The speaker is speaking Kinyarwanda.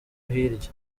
hirya